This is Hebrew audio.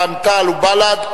רע"ם-תע"ל ובל"ד,